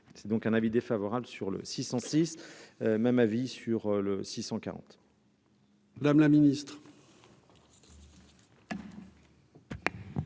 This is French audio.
c'est donc un avis défavorable sur le 600 six même avis sur le six